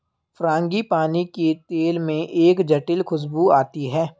frangipani के तेल में एक जटिल खूशबू आती है